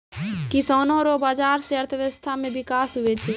किसानो रो बाजार से अर्थव्यबस्था मे बिकास हुवै छै